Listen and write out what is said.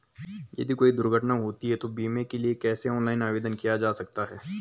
यदि कोई दुर्घटना होती है तो बीमे के लिए कैसे ऑनलाइन आवेदन किया जा सकता है?